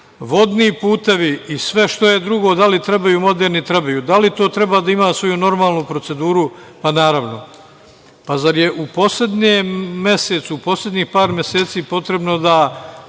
vodni putevi i sve što je drugo, da li trebaju - trebaju. Da li to treba da ima svoju normalnu proceduru - pa, naravno. Zar je u poslednjem mesecu, u poslednjih par meseci potrebno da